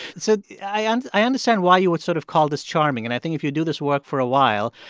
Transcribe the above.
so i and i understand why you would sort of call this charming. and i think if you do this work for a while,